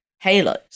halos